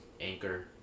Anchor